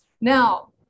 Now